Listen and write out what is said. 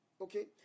okay